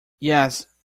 yes